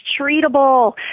treatable